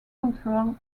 cultural